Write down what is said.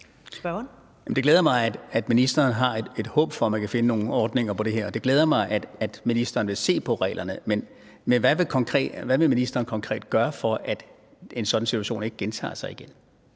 Det glæder mig, at ministeren har et håb om, at man kan finde nogle ordninger på det her område. Det glæder mig, at ministeren vil se på reglerne, men hvad vil ministeren konkret gøre, for at en sådan situation ikke gentager sig?